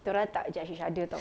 kita orang tak judge each other tahu